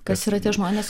kas yra tie žmonės